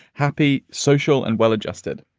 happy, social and well-adjusted.